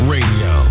Radio